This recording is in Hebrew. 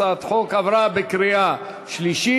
החוק עבר בקריאה שלישית,